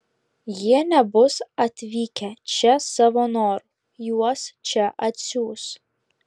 jie nebus atvykę čia savo noru juos čia atsiųs